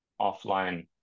offline